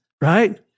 right